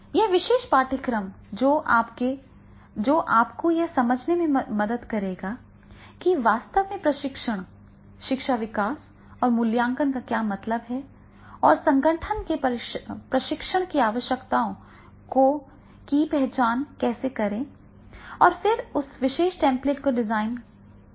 यह विशेष पाठ्यक्रम जो आपको यह समझने में मदद करेगा कि वास्तव में प्रशिक्षण शिक्षा विकास और मूल्यांकन का क्या मतलब है और संगठन में प्रशिक्षण की आवश्यकताओं की पहचान कैसे करें और फिर उस विशेष टेम्पलेट को कैसे डिज़ाइन करें